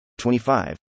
25